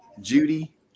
Judy